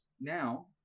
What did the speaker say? now